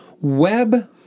web